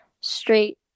straight